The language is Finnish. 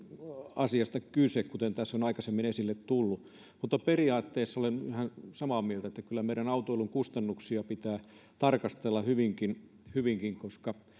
asiasta kyse kuten tässä on aikaisemmin esille tullut mutta periaatteessa olen ihan samaa mieltä että kyllä meidän autoilun kustannuksia pitää hyvinkin tarkastella koska